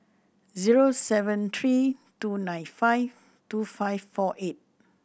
zero seven three two nine five two five four eight